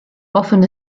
often